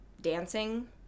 dancing